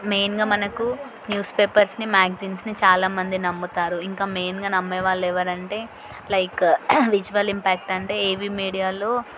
మెయిన్గా మనకు న్యూస్ పేపర్స్ని మ్యాగజైన్స్ని చాలామంది నమ్ముతారు ఇంకా మెయిన్గా నమ్మేవాళ్ళు ఎవరంటే లైక్ విజువల్ ఇంప్యాక్ట్ అంటే ఏవీ మీడియాలో